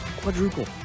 Quadruple